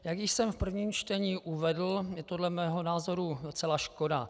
Jak již jsem v prvním čtení uvedl, je to podle mého názoru docela škoda.